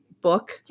book